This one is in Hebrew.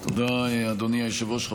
תודה, אדוני היושב-ראש.